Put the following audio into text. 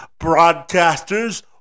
broadcasters